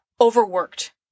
overworked